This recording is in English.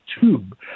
tube